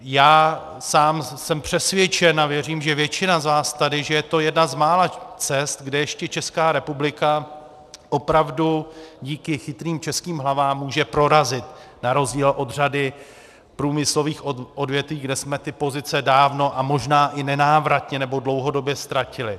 Já sám jsem přesvědčen a věřím, že většina z vás tady, že je to jedna z mála cest, kde ještě Česká republika opravdu díky chytrým českým hlavám může prorazit na rozdíl od řady průmyslových odvětví, kde jsme ty pozice dávno a možná i nenávratně nebo dlouhodobě ztratili.